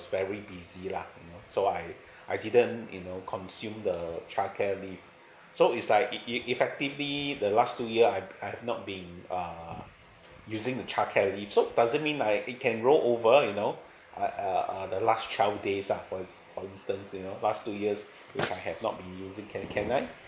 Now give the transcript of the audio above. very busy lah you know so I I didn't you know consume the childcare leave so it's like e~ effectively the last two year I've I've not been uh using the childcare leave so does it mean like they can rollover you know like err the last twelve days lah for in for instance you know last two years that I have not be using can can I